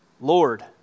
Lord